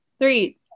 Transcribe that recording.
Three